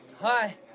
hi